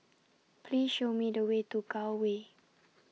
Please Show Me The Way to Gul Way